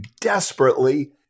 desperately